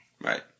Right